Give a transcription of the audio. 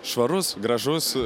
švarus gražus